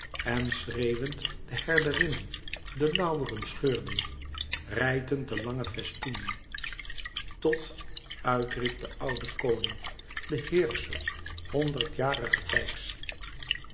en schreeuwend de herderinnen de lauweren scheurden rijtend de lange festoenen tot uit riep de oude koning de heerscher honderdjarige